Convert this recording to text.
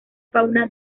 fauna